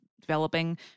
developing